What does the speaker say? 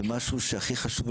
במשהו שהוא הכי חשוב.